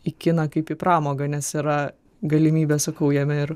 į kiną kaip į pramogą nes yra galimybė sakau jame ir